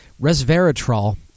Resveratrol